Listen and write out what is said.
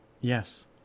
Yes